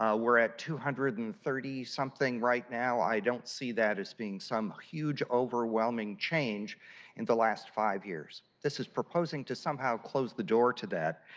ah we are at to hundred and thirty something right now. i don't see that as being some huge overwhelming change in the last five years. this is proposing to somehow close the door to that.